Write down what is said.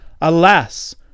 Alas